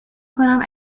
کنم